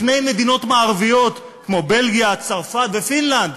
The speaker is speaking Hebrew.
לפני מדינות מערביות כמו בלגיה, צרפת ופינלנד.